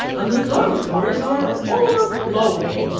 and the dormitories are overflowing.